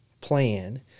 plan